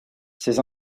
ces